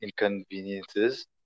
inconveniences